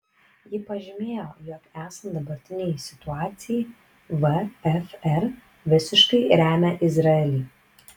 ji pažymėjo jog esant dabartinei situacijai vfr visiškai remia izraelį